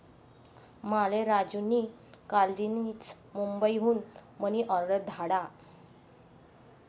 माले राजू नी कालदीनच मुंबई हुन मनी ऑर्डर धाडा